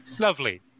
Lovely